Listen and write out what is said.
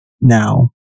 now